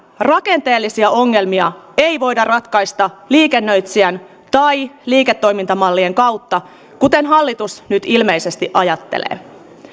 rakenteellisia ongelmia ei voida ratkaista liikennöitsijän tai liiketoimintamallien kautta kuten hallitus ilmeisesti ajattelee